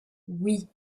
oui